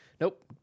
Nope